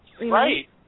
Right